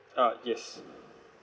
ah yes